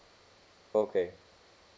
okay